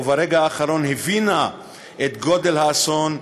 וברגע האחרון הבינה את גודל האסון,